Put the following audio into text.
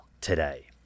today